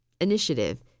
initiative